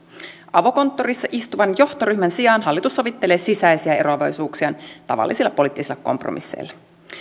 avokonttorissa istuvan johtoryhmän sijaan hallitus sovittelee sisäisiä eroavaisuuksiaan tavallisilla poliittisilla kompromisseilla